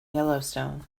yellowstone